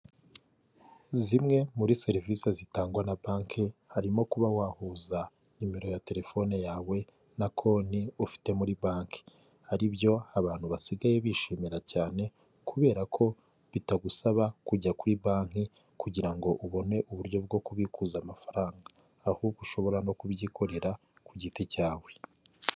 Zimwe muri serivise zitangwa na banki harimo kuba wahuza nimero ya telefone yawe na konti ufite muri banki, ari byo abantu basigaye bishimira cyane kubera ko bitagusaba kujya kuri banki kugira ngo ubone uburyo bwo kubikuza amafaranga, ahubwo ushobora no kubyikorera ku giti cyawe.